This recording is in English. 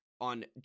on